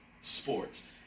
sports